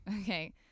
Okay